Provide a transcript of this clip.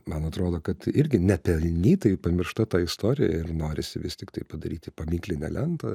man atrodo kad irgi nepelnytai pamiršta ta istorija ir norisi vis tik tai padaryti paminklinę lentą